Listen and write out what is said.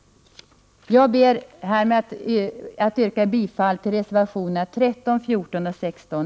Härmed ber jag att få yrka bifall till reservationerna 13, 14 och 16.